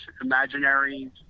imaginary